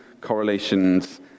correlations